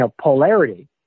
polarity